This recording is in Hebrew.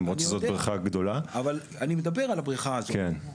למרות שזאת בריכה גדולה.